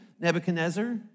Nebuchadnezzar